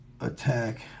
attack